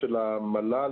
המל"ל